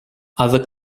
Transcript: other